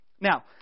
Now